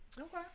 Okay